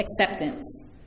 acceptance